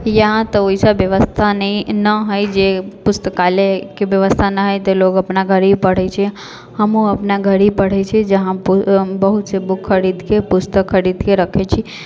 यहाँ तऽ वैसा व्यवस्था नहि ना हइ जे पुस्तकालयके व्यवस्था ना हइ तऽ लोक अपना घर ही पढ़ै छै हमहुँ अपना घर ही पढ़ै छी जहाँ हम बहुत सा बुक खरीदके पुस्तक खरीदके रखै छी